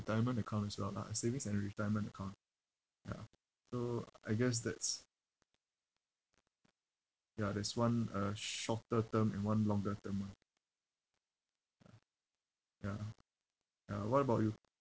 retirement account as well lah a savings and a retirement account ya so I guess that's ya there's one uh sh~ shorter term and one longer term [one] ya ya what about you